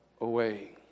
away